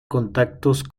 contactos